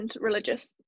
religious